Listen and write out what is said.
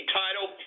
title